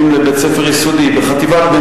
המציעים, מה אתם מחליטים?